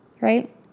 right